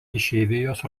išeivijos